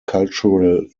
cultural